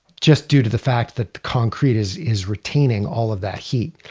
just due to the fact that the concrete is is retaining all of that heat.